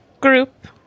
group